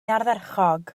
ardderchog